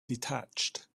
detached